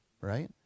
right